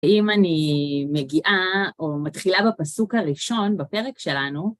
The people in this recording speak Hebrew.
אם אני מגיעה או מתחילה בפסוק הראשון בפרק שלנו,